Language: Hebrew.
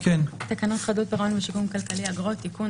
תקנות חדלות פירעון ושיקום כלכלי (אגרות) (תיקון),